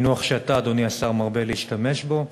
מינוח שאתה, אדוני השר, מרבה להשתמש בו.